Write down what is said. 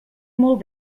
molt